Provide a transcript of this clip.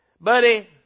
buddy